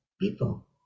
people